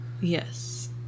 Yes